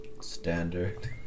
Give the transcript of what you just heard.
Standard